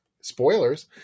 spoilers